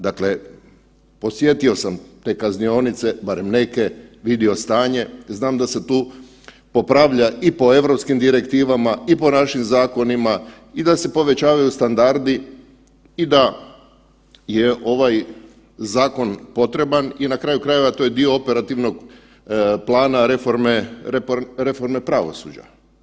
Dakle, posjetio sam te kaznionice, barem neke, vidio stanje, znam da se tu popravlja i po Europskim direktivama i po našim zakonima i da se povećavaju standardi i da je ovaj zakon potreban i na kraju krajeva to je dio operativnog plana reforme pravosuđa.